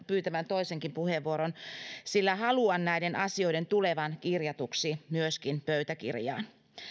pyytämään toisenkin puheenvuoron sillä haluan näiden asioiden tulevan kirjatuiksi myöskin pöytäkirjaan